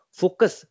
focus